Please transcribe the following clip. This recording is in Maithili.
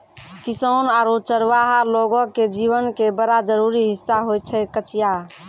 किसान आरो चरवाहा लोगो के जीवन के बड़ा जरूरी हिस्सा होय छै कचिया